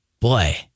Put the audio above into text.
Boy